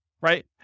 right